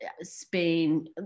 Spain